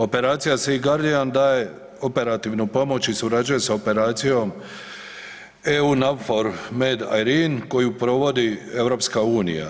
Operacija „Sea Guardian“ daje operativnu pomoć i surađuje sa operacijom „EUNAVFOR MED IRINI“ koju provodi EU.